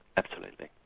absolutely.